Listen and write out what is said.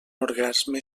orgasme